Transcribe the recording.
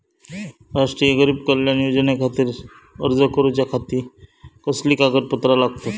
राष्ट्रीय गरीब कल्याण योजनेखातीर अर्ज करूच्या खाती कसली कागदपत्रा लागतत?